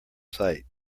site